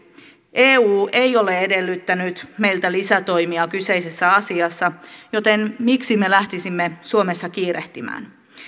eu ei ole edellyttänyt meiltä lisätoimia kyseisessä asiassa joten miksi me lähtisimme suomessa kiirehtimään